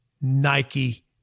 Nike